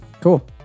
Cool